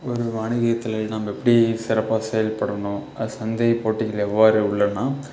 ஒரு வணிகத்தில் நம்ப எப்படி சிறப்பாக செயல்படணும் அது சந்தை போட்டிகள் எவ்வாறு உள்ளன